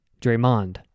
Draymond